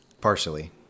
Partially